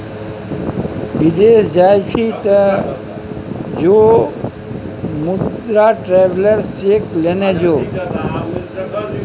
विदेश जाय छी तँ जो मुदा ट्रैवेलर्स चेक लेने जो